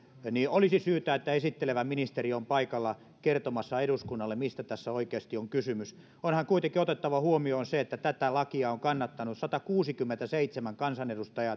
olisi syytä että esittelevä ministeri on paikalla kertomassa eduskunnalle mistä tässä oikeasti on kysymys onhan kuitenkin otettava huomioon se että tätä lakia on kannattanut satakuusikymmentäseitsemän kansanedustajaa